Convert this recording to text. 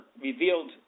revealed